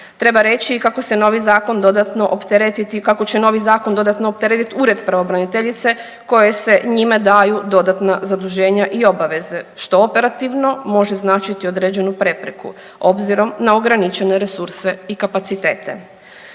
Treba reći i kako će novi zakon dodatno opteretiti Ured pravobraniteljice kojoj se njima daju dodatna zaduženja i obaveze što operativno može značiti određenu prepreku obzirom na ograničene resurse i kapacitete.